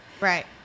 Right